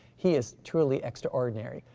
he is truly extraordinary.